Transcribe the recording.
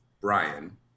Brian